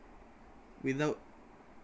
without